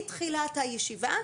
מתחילת הישיבה.